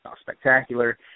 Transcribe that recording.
spectacular